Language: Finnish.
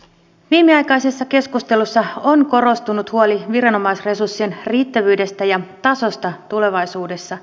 viimeaikaisessa keskustelussa on korostunut huoli viranomaisresurssien riittävyydestä ja tasosta tulevaisuudessa